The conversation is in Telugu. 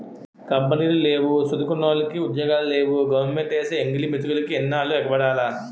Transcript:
కంపినీలు లేవు సదువుకున్నోలికి ఉద్యోగాలు లేవు గవరమెంటేసే ఎంగిలి మెతుకులికి ఎన్నాల్లు ఎగబడాల